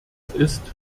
ist